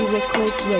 Records